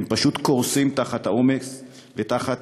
הם פשוט קורסים תחת עומס ותחת